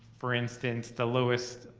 for instance, the lowest